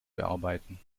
bearbeiten